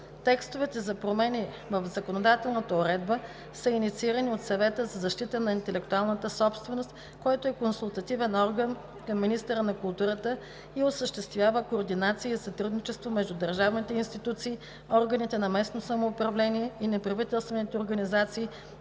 Текстовете за промени в законодателната уредба са инициирани от Съвета за защита на интелектуалната собственост, който е консултативен орган към министъра на културата и осъществява координация и сътрудничество между държавните институции, органите на местното самоуправление и неправителствените организации,